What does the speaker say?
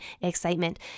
excitement